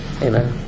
Amen